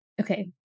okay